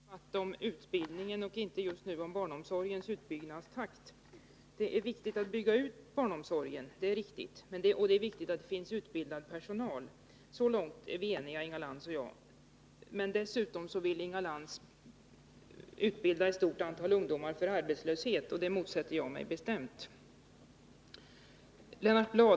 Herr talman! Det här är en debatt om utbildning och inte om barnomsorgens utbyggnadstakt. Det är viktigt att bygga ut barnomsorgen, det är riktigt. Det är också viktigt att det finns utbildad personal. Så långt är vi eniga, Inga Lantz och jag. Men dessutom vill Inga Lantz utbilda ett stort antal ungdomar för arbetslöshet — och det motsätter jag mig bestämt.